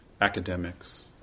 academics